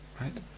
Right